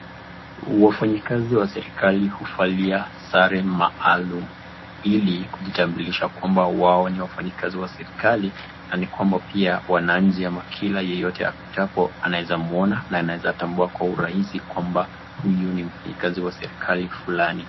Wafanyikazi wa serikali huvalia sare maalum, ili kujitambulisha kwamba wao ni wafanyikazi wa serikali na ni kwamba pia wananchi ama kila yoyote apitapo anaweza muona na anaweza kumtambua kwa urahisi kwamba huyu ni mfanyikazi wa serikali fulani.